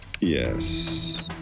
Yes